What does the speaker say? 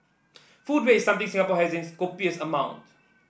food waste is something Singapore has in copious amount